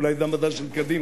אולי גם המזל של קדימה.